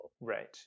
Right